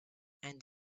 and